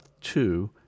two